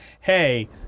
hey